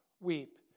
weep